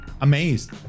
amazed